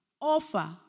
offer